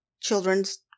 children's